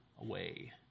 away